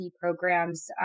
programs